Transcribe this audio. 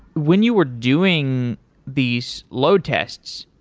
when you were doing these load tests,